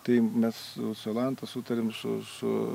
tai mes su jolanta sutarėm su su